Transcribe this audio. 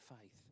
faith